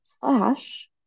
slash